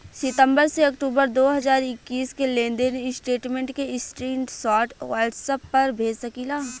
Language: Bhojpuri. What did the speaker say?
सितंबर से अक्टूबर दो हज़ार इक्कीस के लेनदेन स्टेटमेंट के स्क्रीनशाट व्हाट्सएप पर भेज सकीला?